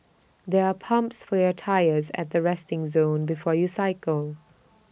there are pumps for your tyres at the resting zone before you cycle